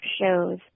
shows